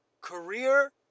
career